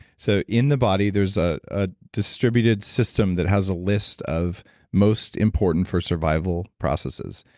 so in the body, there's ah a distributed system that has a list of most important for survival processes,